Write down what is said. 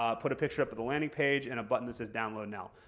ah put a picture up at the landing page and a button that says download now.